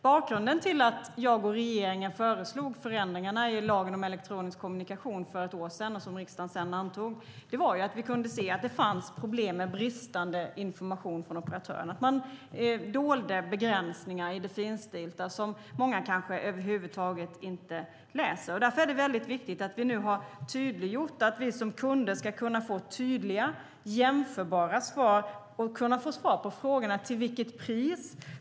Bakgrunden till att jag och regeringen för ett år sedan föreslog ändringarna i lagen om elektronisk kommunikation, som riksdagen sedan antog, var att vi kunde se att det fanns problem med bristande information från operatörerna. De dolde begränsningar i det finstilta, vilket många kanske över huvud taget inte läser. Därför är det väldigt viktigt att vi nu har tydliggjort att kunderna ska kunna få tydliga och jämförbara svar på frågorna: Vilket är priset?